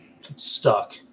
stuck